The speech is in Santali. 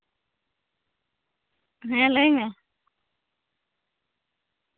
ᱦᱮᱸ ᱞᱟᱹᱭ ᱢᱮ